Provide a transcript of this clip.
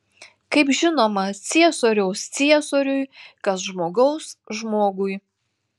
kaip žinoma ciesoriaus ciesoriui kas žmogaus žmogui